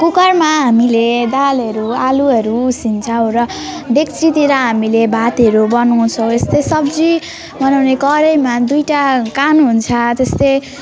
कुकरमा हामीले दालहरू आलुहरू उसिन्छौँ र डेक्चीतिर हामीले भातहरू बनाउँछौँ यस्तै सब्जी बनाउने कराहीमा दुईवटा कान हुन्छ त्यस्तै